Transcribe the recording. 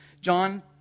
John